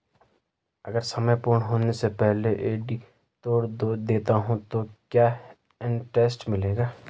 अगर समय पूर्ण होने से पहले एफ.डी तोड़ देता हूँ तो क्या इंट्रेस्ट मिलेगा?